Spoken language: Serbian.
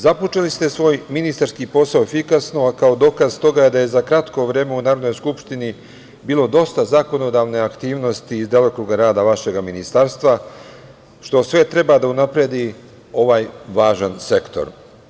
Započeli ste svoj ministarski posao efikasno, a kao dokaz toga je da je za kratko vreme u Narodnoj skupštini bilo dosta zakonodavne aktivnosti iz delokruga vašeg ministarstva, što sve treba da unapredi ovaj važan sektor.